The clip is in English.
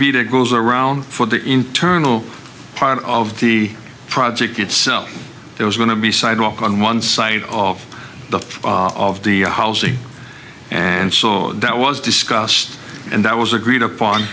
to goes around for the internal part of the project itself there was going to be sidewalk on one side of the of the housing and so that was discussed and that was agreed upon